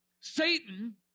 Satan